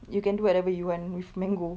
you can do whatever you want with mango